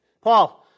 Paul